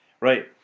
Right